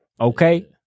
Okay